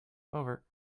over